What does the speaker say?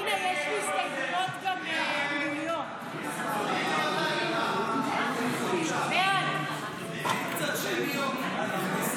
ההסתייגויות לסעיף 39 בדבר הפחתת תקציב לא נתקבלו.